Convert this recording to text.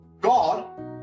God